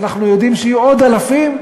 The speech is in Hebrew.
ואנחנו יודעים שיהיו עוד אלפים,